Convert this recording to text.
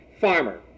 farmer